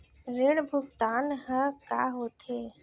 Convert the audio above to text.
ऋण भुगतान ह का होथे?